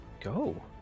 go